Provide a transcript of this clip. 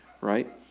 Right